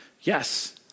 yes